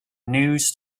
news